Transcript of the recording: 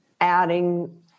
adding